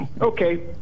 Okay